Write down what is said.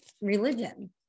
religion